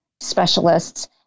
specialists